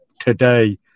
today